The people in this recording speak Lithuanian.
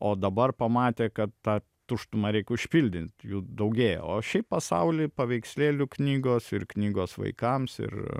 o dabar pamatė kad tą tuštumą reiki užpildyti jų daugėja o šį pasaulį paveikslėlių knygos ir knygos vaikams ir